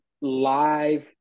live